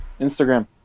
instagram